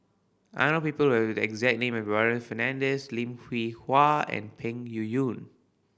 I know people have the exact name as Warren Fernandez Lim Hwee Hua and Peng Yuyun